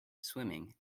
swimming